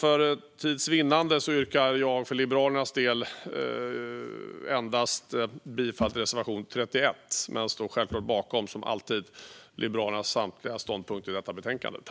För tids vinnande yrkar jag för Liberalernas del bifall endast till reservation 31, men som alltid står jag bakom Liberalernas samtliga ståndpunkter i betänkandet.